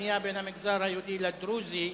בנייה בין המגזר היהודי למגזר הערבי,